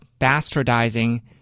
bastardizing